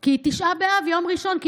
כי יום ראשון זה תשעה באב.